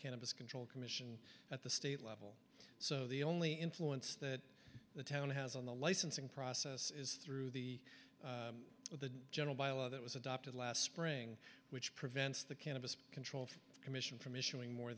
cannabis control commission at the state level so the only influence that the town has on the licensing process is through the the general by a law that was adopted last spring which prevents the cannabis control commission from issuing more